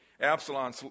Absalom